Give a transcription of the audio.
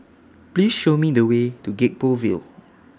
Please Show Me The Way to Gek Poh Ville